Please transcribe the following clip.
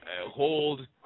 hold